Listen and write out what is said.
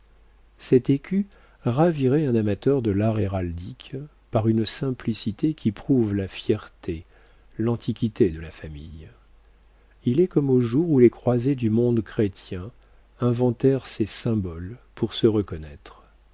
cet écu ravirait un amateur de l'art héraldique par une simplicité qui prouve la fierté l'antiquité de la famille il est comme au jour où les croisés du monde chrétien inventèrent ces symboles pour se reconnaître